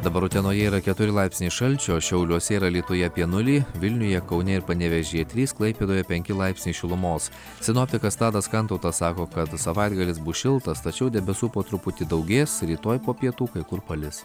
dabar utenoje yra keturi laipsniai šalčio šiauliuose ir alytuje apie nulį vilniuje kaune ir panevėžyje trys klaipėdoje penki laipsniai šilumos sinoptikas tadas kantautas sako kad savaitgalis bus šiltas tačiau debesų po truputį daugės rytoj po pietų kai kur palis